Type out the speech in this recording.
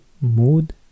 Mood